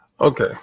Okay